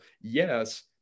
Yes